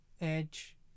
Edge